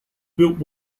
built